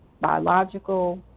biological